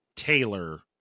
Taylor